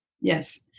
Yes